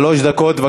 שלוש דקות.